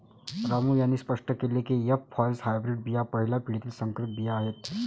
रामू यांनी स्पष्ट केले की एफ फॉरेस्ट हायब्रीड बिया पहिल्या पिढीतील संकरित बिया आहेत